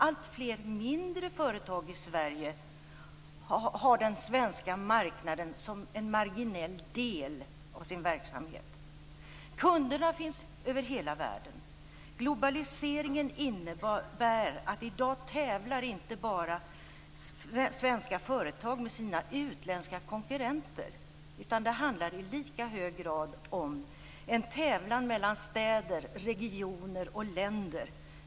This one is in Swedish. Alltfler mindre företag i Sverige har den svenska marknaden som en marginell del av sin verksamhet. Kunderna finns över hela världen. Globaliseringen innebär att svenska företag i dag inte bara tävlar med sina utländska konkurrenter. Det handlar i lika hög grad om en tävlan mellan städer, regioner och länder.